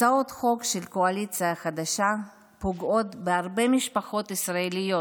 הצעות החוק של הקואליציה החדשה פוגעות בהרבה משפחות ישראליות,